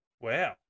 Wow